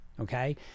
Okay